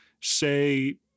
say